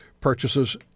purchases